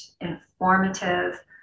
informative